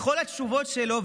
בכל התשובות שלו,